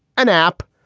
an app.